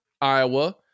Iowa